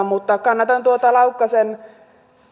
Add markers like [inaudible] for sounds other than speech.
[unintelligible] mutta kannatan tuota laukkasen